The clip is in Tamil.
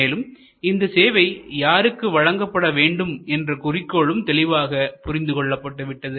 மேலும் இந்த சேவை யாருக்கு வழங்கப்பட வேண்டும் என்ற குறிக்கோளும் தெளிவாக புரிந்து கொள்ளப்பட்டுள்ளது